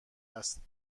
است